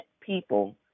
people